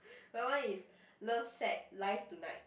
my one is love shack live tonight